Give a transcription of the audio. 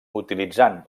utilitzant